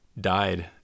died